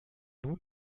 nun